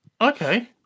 Okay